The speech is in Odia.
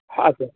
ଆଚ୍ଛା